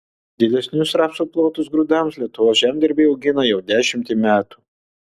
didesnius rapsų plotus grūdams lietuvos žemdirbiai augina jau dešimtį metų